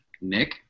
Nick